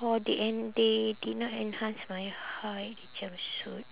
or they and they did not enhance my height jumpsuit